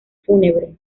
fúnebre